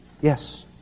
Yes